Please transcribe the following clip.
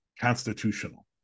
Constitutional